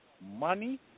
money